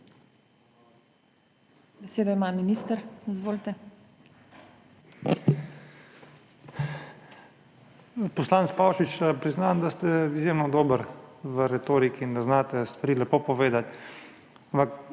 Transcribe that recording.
Besedo ima minister. Izvolite. MAG. MATEJ TONIN: Poslanec Pavšič, priznam, da ste izjemno dobri v retoriki in da znate stvari lepo povedati.